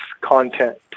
content